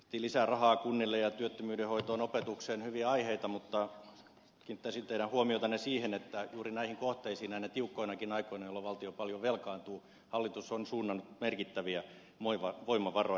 otettiin lisää rahaa kunnille ja työttömyyden hoitoon opetukseen hyviä aiheita mutta kiinnittäisin teidän huomiotanne siihen että juuri näihin kohteisiin näinä tiukkoinakin aikoina jolloin valtio paljon velkaantuu hallitus on suunnannut merkittäviä voimavaroja